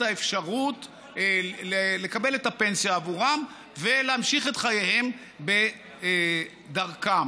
האפשרות לקבל את הפנסיה בעבורם ולהמשיך את חייהם בדרכם.